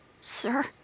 sir